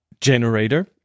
generator